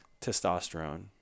testosterone